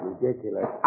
Ridiculous